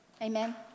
Amen